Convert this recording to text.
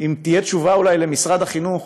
אם תהיה תשובה אולי למשרד החינוך,